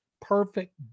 perfect